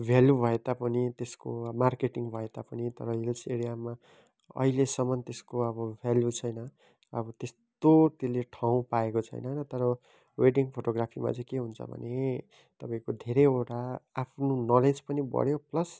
value भए तापनि अब त्यसको मार्केटिङ भए तापनि तर हिल्स एरियामा अहिलेसमन त्यसको अब भेल्यु छैन अब त्यस्तो त्यसले ठाउँ पाएको छैन तर वेडिङ फोटोग्राफीमा चाहिँ के हुन्छ भने तपाईँको धेरैवटा आफ्नो नलेज पनि बढ्यो प्लस